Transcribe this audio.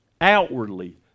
outwardly